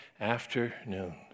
afternoon